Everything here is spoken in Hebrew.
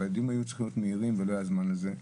הדיונים היו צריכים להיות מהירים ולא היה זמן לזה.